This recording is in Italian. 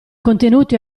contenuti